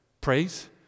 praise